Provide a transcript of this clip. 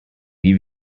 give